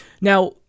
Now